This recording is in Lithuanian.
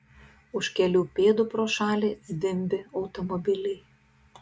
už kelių pėdų pro šalį zvimbė automobiliai